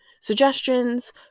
suggestions